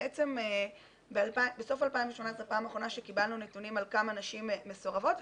בעצם בסוף 2018 פעם אחרונה שקיבלנו נתונים על כמה נשים מסורבות.